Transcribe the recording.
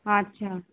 আচ্ছা